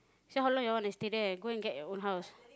say how long you all wanna stay there go and get your own house